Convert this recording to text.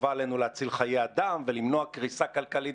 חובה עלינו להציל חיי אדם ולמנוע קריסה כלכלית